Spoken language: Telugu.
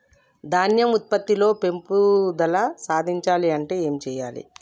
ధాన్యం ఉత్పత్తి లో పెంపుదల సాధించాలి అంటే ఏం చెయ్యాలి?